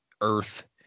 earth